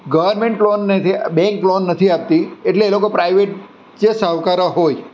government loan નથી bank loan નથી આપતી એટલે એ લોકો પ્રાઇવેટ જે શાહુકારો હોય